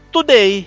Today